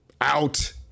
Out